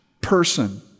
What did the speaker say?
person